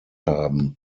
haben